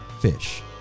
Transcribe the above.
Fish